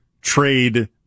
trade